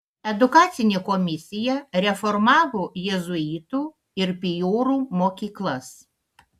edukacinė komisija reformavo jėzuitų ir pijorų mokyklas